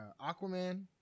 Aquaman